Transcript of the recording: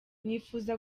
mwifuza